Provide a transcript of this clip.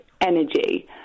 energy